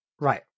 Right